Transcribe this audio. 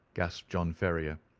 gasped john ferrier.